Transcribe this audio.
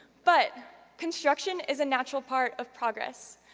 but construction is a natural part of progress.